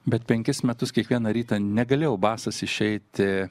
bet penkis metus kiekvieną rytą negalėjau basas išeiti